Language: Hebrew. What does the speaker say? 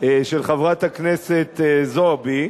של חברת הכנסת זועבי.